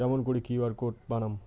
কেমন করি QR code বানাম?